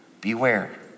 beware